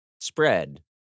spread